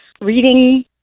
reading